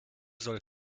soll